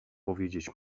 powiedzieć